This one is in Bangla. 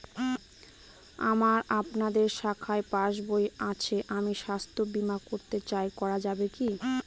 আমার আপনাদের শাখায় পাসবই আছে আমি স্বাস্থ্য বিমা করতে চাই করা যাবে কি?